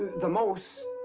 the most.